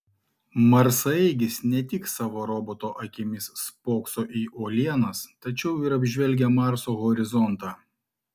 marsaeigis ne tik savo roboto akimis spokso į uolienas tačiau ir apžvelgia marso horizontą